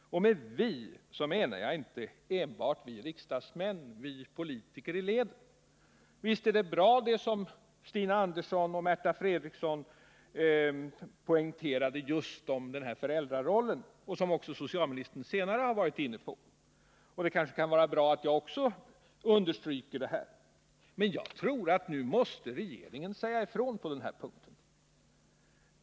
Med ”vi” menar jag inte enbart vi riksdagsmän eller politiker i leden. Visst är det bra det som Stina Andersson och Märta Fredrikson poängterade just beträffande föräldrarollen, vilket också socialministern senare var inne på. Det kanske kan vara bra att även jag understryker detta. Men jag tror att regeringen nu måste säga ifrån på denna punkt.